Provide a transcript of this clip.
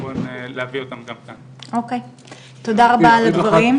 תודה רבה על הדברים.